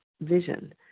vision